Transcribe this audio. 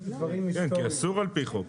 כן, כי אסור על פי חוק.